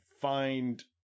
find